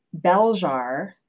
Beljar